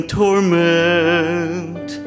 torment